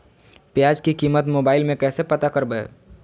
प्याज की कीमत मोबाइल में कैसे पता करबै?